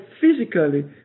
physically